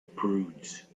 prudes